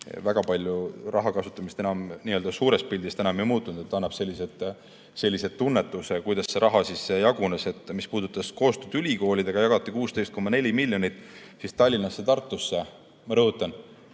väga palju rahakasutamine enam n-ö suures pildis ei muutunud, see annab sellise tunnetuse, kuidas see raha jagunes. Mis puudutas koostööd ülikoolidega, siis jagati 16,4 miljonit Tallinnasse ja Tartusse. Ma rõhutan: